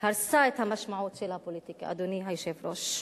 הרסה את המשמעות של הפוליטיקה, אדוני היושב-ראש.